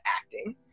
acting